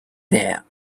there